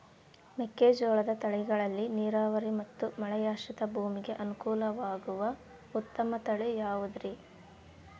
ಮೆಕ್ಕೆಜೋಳದ ತಳಿಗಳಲ್ಲಿ ನೇರಾವರಿ ಮತ್ತು ಮಳೆಯಾಶ್ರಿತ ಭೂಮಿಗೆ ಅನುಕೂಲವಾಗುವ ಉತ್ತಮ ತಳಿ ಯಾವುದುರಿ?